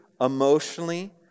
emotionally